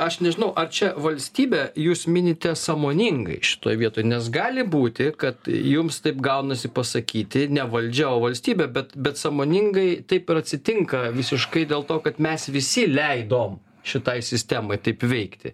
aš nežinau ar čia valstybę jūs minite sąmoningai šitoj vietoj nes gali būti kad jums taip gaunasi pasakyti ne valdžia o valstybė bet bet sąmoningai taip ir atsitinka visiškai dėl to kad mes visi leidom šitai sistemai taip veikti